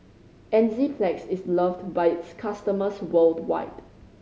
Enzyplex is loved by its customers worldwide